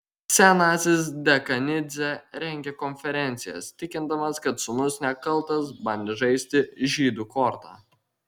senasis dekanidzė rengė konferencijas tikindamas kad sūnus nekaltas bandė žaisti žydų korta